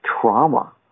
trauma